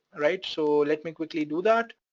right? so let me quickly do that.